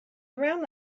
around